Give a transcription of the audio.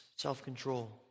self-control